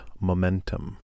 Momentum